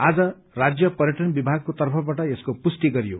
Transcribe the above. आज राज्य पर्यटन विभागको तर्फवाट यसको पुष्टि गरियो